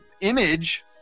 image